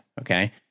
Okay